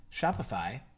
Shopify